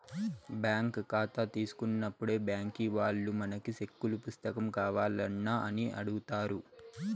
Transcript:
bank కాతా తీసుకున్నప్పుడే బ్యాంకీ వాల్లు మనకి సెక్కుల పుస్తకం కావాల్నా అని అడుగుతారు